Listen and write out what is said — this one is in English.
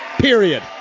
Period